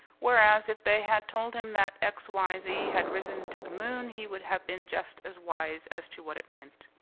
whereas if they had told him that x. y. z. had risen to the moon he would have been just as wise as to what it meant.